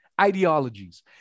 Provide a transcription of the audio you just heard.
ideologies